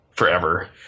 forever